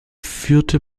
führte